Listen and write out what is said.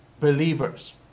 believers